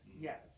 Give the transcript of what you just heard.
Yes